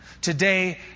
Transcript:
Today